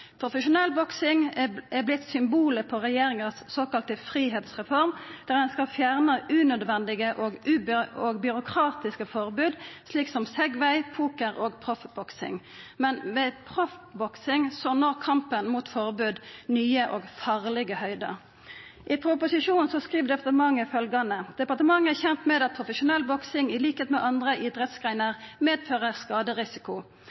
Profesjonell boksing har vorte symbolet på regjeringas såkalla friheitsreform, der ein skal fjerna unødvendige og byråkratiske forbod, som forbod mot Segway, poker og proffboksing, men med proffboksing når kampen mot forbod nye og farlege høgder. I proposisjonen skriv departementet følgjande: «Departementet er kjent med at profesjonell boksing i likhet med andre idrettsgrener, medfører skaderisiko.» At regjeringa her sidestiller skaderisikoen ved profesjonell boksing med andre idrettsgreiner,